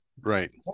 right